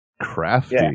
Crafty